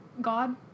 god